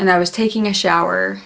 and i was taking a shower